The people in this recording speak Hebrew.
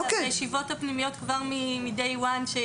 בישיבות הפנימיות מהיום הראשון.